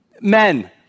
Men